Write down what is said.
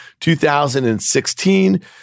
2016